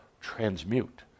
transmute